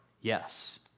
yes